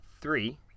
three